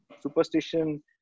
superstition